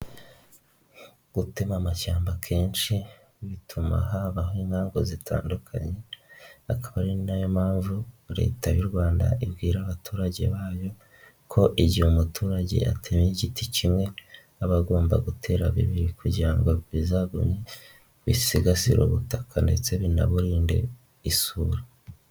Gutema amashyamba kenshi bituma habaho impamvu zitandukanye, akaba ari nayo mpamvu leta y'u Rwanda ibwira abaturage bayo ko igihe umuturage ateyemye igiti kimwe, aba agomba gutera bibiri, kugira ngo bizagumye bisigasira ubutaka ndetse binaburinde isuri.